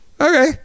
okay